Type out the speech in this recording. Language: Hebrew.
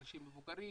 אנשים מבוגרים,